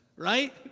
right